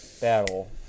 Battle